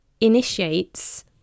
initiates